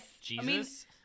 Jesus